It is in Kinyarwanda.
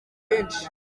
benshi